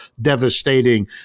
devastating